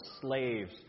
slaves